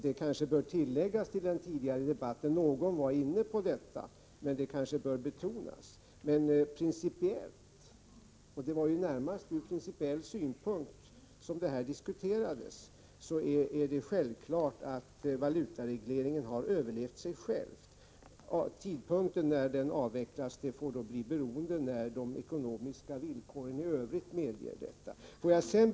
Det bör tilläggas till den tidigare debatten, någon var inne på det men det kanske bör betonas igen, att valutaregleringen principiellt — och det var ju närmast från principiell synpunkt som detta diskuterades — har överlevt sig själv. Tidpunkten när den avvecklas får bli beroende av när de ekonomiska villkoren i övrigt medger en avveckling.